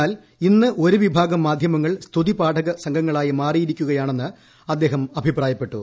എന്നാൽ ഇന്ന് ഒരു വിഭാഗം മാധ്യമങ്ങൾ സ്തുതിപാഠക സംഘങ്ങളായി മാറിയിരിക്കുകയാണെന്ന് അദ്ദേഹം അഭിപ്രായപ്പെട്ടു